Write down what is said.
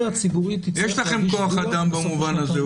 יש לכם כוח אדם במובן הזה.